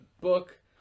book